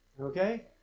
Okay